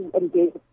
engage